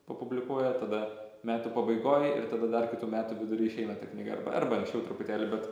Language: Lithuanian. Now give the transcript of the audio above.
popublikuoja tada metų pabaigoj ir tada dar kitų metų vidury išeina ta knyga arba arba anksčiau truputėlį bet